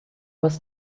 was